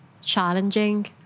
challenging